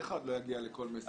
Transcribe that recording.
אף אחד לא יגיע לכל מסיע.